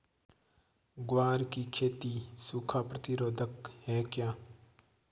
ग्वार की खेती सूखा प्रतीरोधक है क्या?